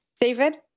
David